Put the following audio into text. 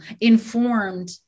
informed